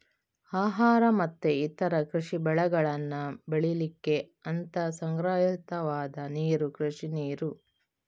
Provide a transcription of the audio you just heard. ಆಹಾರ ಮತ್ತೆ ಇತರ ಕೃಷಿ ಬೆಳೆಗಳನ್ನ ಬೆಳೀಲಿಕ್ಕೆ ಅಂತ ಸಂಗ್ರಹಿತವಾದ ನೀರು ಕೃಷಿ ನೀರು